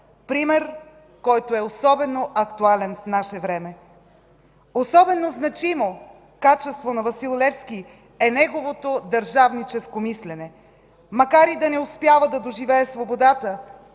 пример, който е особено актуален в наше време. Особено значимо качество на Васил Левски е неговото държавническо мислене. Макар и да не успява да доживее свободата,